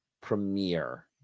premiere